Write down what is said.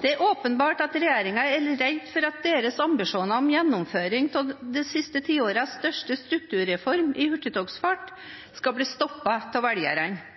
Det er åpenbart at regjeringen er redd for at deres ambisjoner om gjennomføring av de siste tiårenes største strukturreform i hurtigtogsfart skal bli stoppet av velgerne.